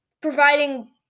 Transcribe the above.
providing